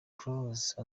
close